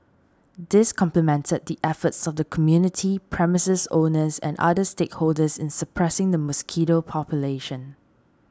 this complemented the efforts of the community premises owners and other stakeholders in suppressing the mosquito population